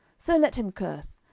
so let him curse,